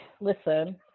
listen